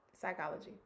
psychology